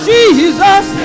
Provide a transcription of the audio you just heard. Jesus